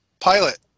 Pilot